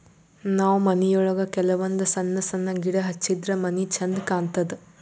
ನಾವ್ ಮನಿಯೊಳಗ ಕೆಲವಂದ್ ಸಣ್ಣ ಸಣ್ಣ ಗಿಡ ಹಚ್ಚಿದ್ರ ಮನಿ ಛಂದ್ ಕಾಣತದ್